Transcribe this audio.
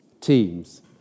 teams